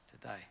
today